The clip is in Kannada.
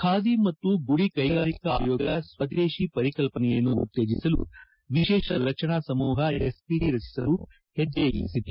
ಖಾದಿ ಮತ್ತು ಗುಡಿ ಕ್ವೆಗಾರಿಕಾ ಆಯೋಗ ಸ್ಲದೇಶಿ ಪರಿಕಲ್ಸನೆಯನ್ನು ಉತ್ತೇಜಿಸಲು ವಿಶೇಷ ರಕ್ಷಣಾ ಸಮೂಹ ಎಸ್ಪಿಜಿ ರಚಿಸಲು ಹೆಜ್ಜೆ ಇರಿಸಿದೆ